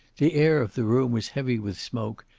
the air of the room was heavy with smoke,